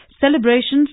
Celebrations